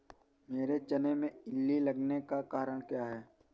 मेरे चने में इल्ली लगने का कारण क्या है?